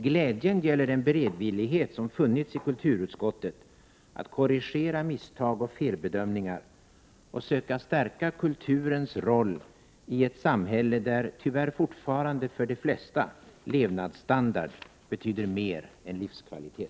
Glädjen gäller den beredvillighet som funnits i kulturutskottet att korrigera misstag och felbdömningar och söka stärka kulturens roll i ett samhälle där tyvärr fortfarande för de flesta levnadsstandard betyder mer än livskvalitet.